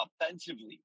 offensively